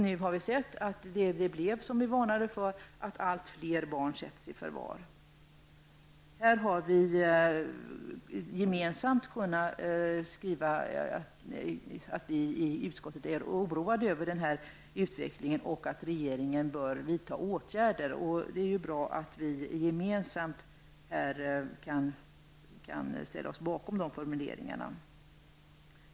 Nu har vi sett att det blev som vi varnade för, att allt fler barn sätts i förvar. Här har vi gemensamt skrivit att vi i utskottet är oroande över utvecklingen och att regeringen bör vidta åtgärder. Det är bra att vi gemensamt kan ställa oss bakom dessa formuleringar.